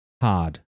hard